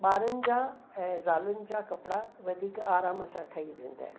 ॿारनि जा ऐं जालुनि जा कपिड़ा वधीक आराम सां ठही वेंदा आहिनि